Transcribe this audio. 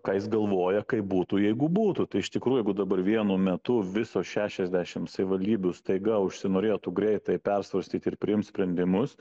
ką jis galvoja kaip būtų jeigu būtų tai iš tikrųjų jeigu dabar vienu metu visos šešiasdešim savivaldybių staiga užsinorėtų greitai persvarstyt ir priimt sprendimus